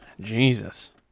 Jesus